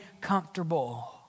comfortable